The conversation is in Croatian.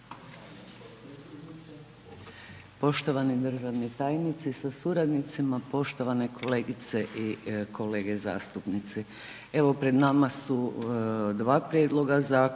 Poštovani državni tajnici sa suradnicima, poštovane kolegice i kolege zastupnici, evo pred nama su dva prijedloga zakona,